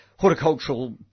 Horticultural